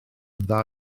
dda